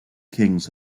kings